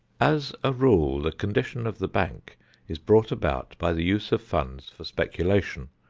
as a rule the condition of the bank is brought about by the use of funds for speculation,